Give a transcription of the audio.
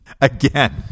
again